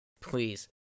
please